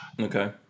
okay